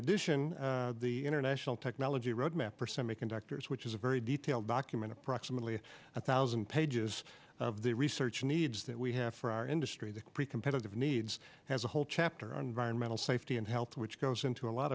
addition the international technology roadmap for semiconductors which is a very detailed document approximately a thousand pages of the research needs that we have for our industry that pre competitive needs has a whole chapter on environmental safety and health which goes into a lot